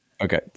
Okay